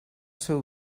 seu